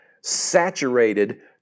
saturated